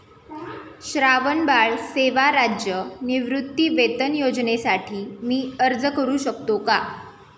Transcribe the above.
श्रावणबाळ सेवा राज्य निवृत्तीवेतन योजनेसाठी मी अर्ज करू शकतो का?